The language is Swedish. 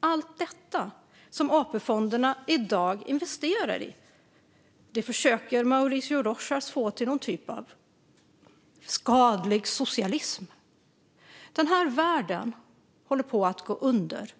Att vi vänder oss mot allt detta, som AP-fonderna i dag investerar i, försöker Mauricio Rojas få till någon typ av skadlig socialism. Den här världen håller på att gå under.